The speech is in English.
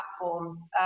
platforms